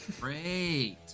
Great